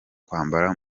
kwambara